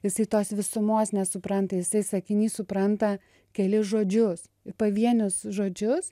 jisai tos visumos nesupranta jisai sakiny supranta kelis žodžius ir pavienius žodžius